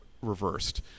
reversed